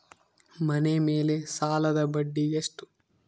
ಮನೆ ಮೇಲೆ ಸಾಲದ ಬಡ್ಡಿ ಎಷ್ಟು?